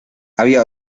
había